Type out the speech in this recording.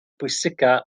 pwysicaf